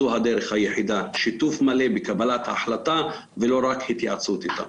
זו הדרך היחידה: שיתוף מלא בקבלת החלטה ולא רק התייעצות אתנו.